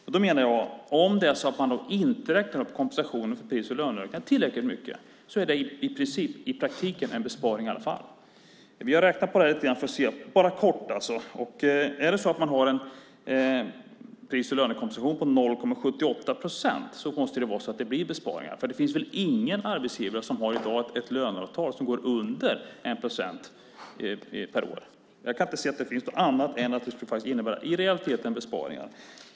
Jag menar att om man inte räknar upp kompensationen för pris och löneökningar tillräckligt mycket är det i praktiken en besparing i alla fall. Vi har räknat lite grann på detta. Om man har en pris och lönekompensation på 0,78 procent måste det bli besparingar. Det finns väl ingen arbetsgivare som i dag har ett löneavtal som går under 1 procent per år. Jag kan inte se något annat än att det i realiteten skulle innebära besparingar.